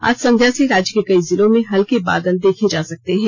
आज संध्या से राज्य के कई जिलों में हल्के बादल देखे जा सकते हैं